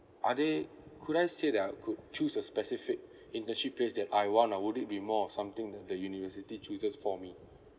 are they could I say they are good choose a specific internship place that I want or would it be more of something that the university chooses for me